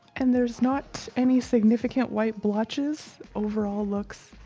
and there's not any significant white blotches, overall looks,